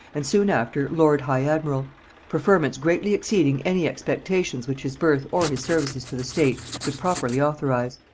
and soon after, lord high-admiral preferments greatly exceeding any expectations which his birth or his services to the state could properly authorize.